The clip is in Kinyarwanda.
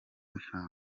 nta